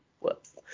Whoops